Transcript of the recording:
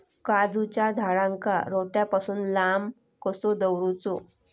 काजूच्या झाडांका रोट्या पासून लांब कसो दवरूचो?